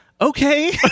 okay